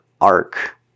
arc